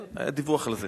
כן, היה דיווח על זה.